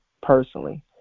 personally